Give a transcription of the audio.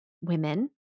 women